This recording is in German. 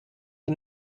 die